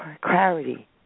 clarity